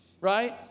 right